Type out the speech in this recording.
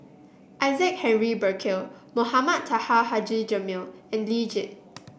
Isaac Henry Burkill Mohamed Taha Haji Jamil and Lee Tjin